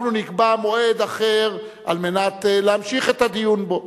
אנחנו נקבע מועד אחר על מנת להמשיך את הדיון בו.